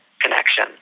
connection